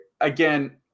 again